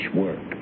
work